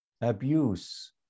abuse